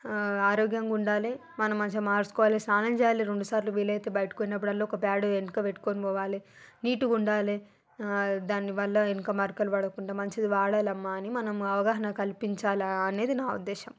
ఆరోగ్యంగా ఉండాలే మనం మంచిగా మార్చుకోవాలే స్నానం చేయాలి రెండు సార్లు వీలయితే బయటకు వెళ్ళినప్పుడల్లా ఒక ప్యాడు వెనక పెట్టుకొని పోవాలె నీట్గా ఉండాలే దానివల్ల వెనక మరకలు పడకుండా మంచిది వాడాలమ్మా అని మనం అవగాహన కల్పించాలా అనేది నా ఉద్దేశ్యం